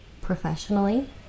professionally